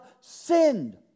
sinned